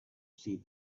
see